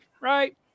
right